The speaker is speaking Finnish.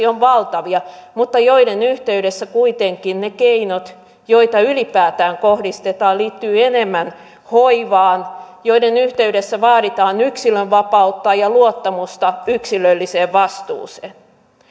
ovat valtavia mutta joiden yhteydessä kuitenkin ne keinot joita ylipäätään kohdistetaan liittyvät enemmän hoivaan ja joiden yhteydessä vaaditaan yksilönvapautta ja luottamusta yksilölliseen vastuuseen